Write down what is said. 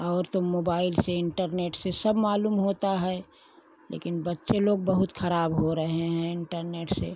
और तो मोबाइल से इन्टरनेट से सब मालूम होता है लेकिन बच्चे लोग बहुत खराब हो रहे हैं इन्टरनेट से